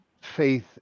faith